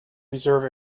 reserve